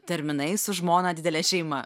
terminai su žmona didelė šeima